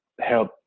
help